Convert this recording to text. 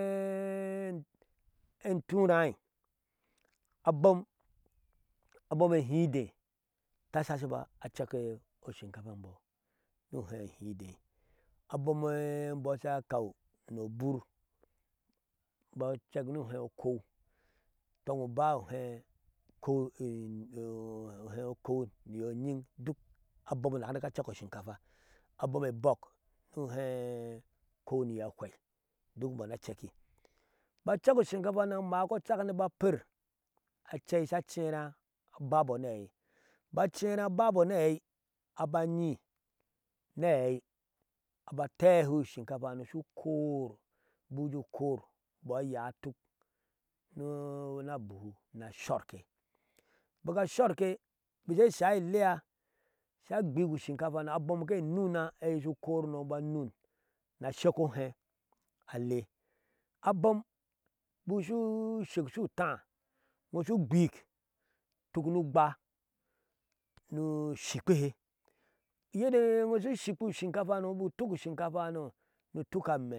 eturai abom, abom ehidee ta shashibɔ acek ioshinkata e imbɔɔ ni uhɛɛ ehide, abom ebɔ sha kaw ni our, imbɔɔ acek ni uhɛɛ ukow, tɔŋ uba uhɛɛ ukow niyɔ nyin abom dak anyibɔ acek oshinkafa, abom ebɔk ni uhɛɛ ekow ni yɔɔ hwei duk imbɔɔ ni acɛkki. bik acek ushinkafahanoo amaani ba a per, aceisha ceera ababɔ niaei aceera ababɔp ni aei aba anyii ni aei aba aytehe ishikafahano ukor bik ujee ukor imbɔɔ aya atuk ni abuhu ni ashɔrke bik ashɔrke bik she shai elea, sha gbik ushinka fahano eyee shu kor aba anun ni ashek ohɛɛ ale abom bik shu shek shu utaa iŋo shu gbiik utuk mi ugba ni shikpihe uyedee eino shi shikpa ushinkafahano ni utuk ama